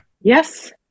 yes